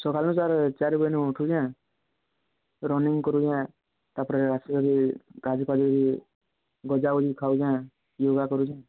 ସକାଳୁ ସାର୍ ଚାରି ବାଜେ ଉଠୁଛେ ରନିଂ କରିବା ତାପରେ ଆସିବା କରି ଗାଧେଇ ପାଧେଇ ଭଜାଭଜୀ ଖାଉଁଛେ ୟୋଗା କରୁଛେ